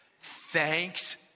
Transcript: Thanks